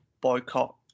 boycott